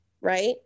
right